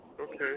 Okay